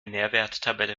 nährwerttabelle